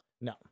No